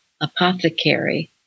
Apothecary